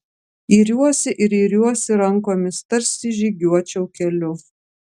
iriuosi ir iriuosi rankomis tarsi žygiuočiau keliu